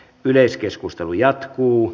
yleiskeskustelu jatkuu